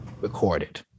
recorded